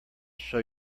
show